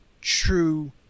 true